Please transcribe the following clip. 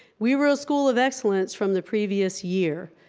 we were a school of excellence from the previous year.